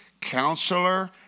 Counselor